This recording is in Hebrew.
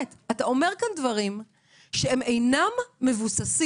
אתה אומר כאן דברים שהם אינם מבוססים.